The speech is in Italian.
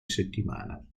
settimana